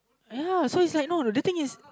ya so it's like no the thing is